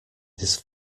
this